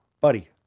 buddy